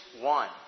one